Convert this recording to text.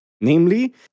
Namely